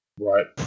Right